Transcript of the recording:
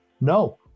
no